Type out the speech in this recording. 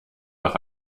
noch